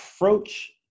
approach